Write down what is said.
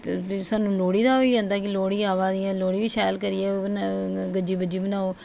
सानूं लोह्ड़ी दा होई जंदा की लोह्ड़ी आवा दी ऐ लोह्ड़ी बी शैल करियै गज्जी बज्जी मनाओ